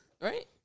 right